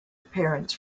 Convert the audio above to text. parents